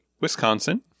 Wisconsin